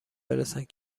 برسند